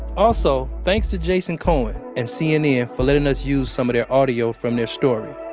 also, thanks to jason cohen and cnn for letting us use some of their audio from their story.